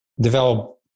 develop